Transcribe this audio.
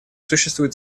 существует